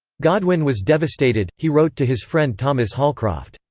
godwin was devastated he wrote to his friend thomas holcroft,